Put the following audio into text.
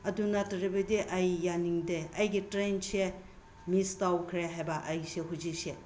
ꯑꯗꯨ ꯅꯠꯇ꯭ꯔꯕꯗꯤ ꯑꯩ ꯌꯥꯅꯤꯡꯗꯦ ꯑꯩꯒꯤ ꯇ꯭ꯔꯦꯟꯁꯦ ꯃꯤꯁ ꯇꯧꯈ꯭ꯔꯦ ꯍꯥꯏꯕ ꯑꯩꯁꯦ ꯍꯧꯖꯤꯛꯁꯦ